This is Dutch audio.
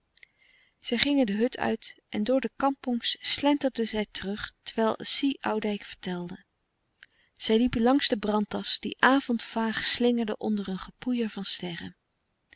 zij gingen de hut uit en door de kampongs slenterden zij terug terwijl si oudijck vertelde zij liepen langs de brantas die avondvaag slingerde onder een gepoeier van sterren